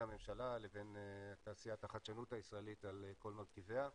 הממשלה לבין תעשיית החדשנות הישראלית על כל מרכיביה.